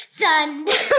thunder